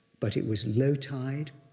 but it was low tide,